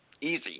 easy